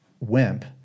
Wimp